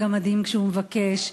'דידינת הגמדים', כשהוא מבקש,